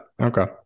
Okay